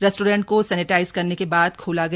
restaurant को sanitise करने के बाद खोला गया